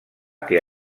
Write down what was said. que